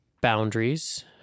boundaries